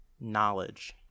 knowledge